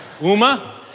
Uma